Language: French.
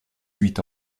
huit